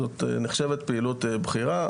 זאת נחשבת פעילות בחירה.